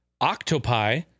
Octopi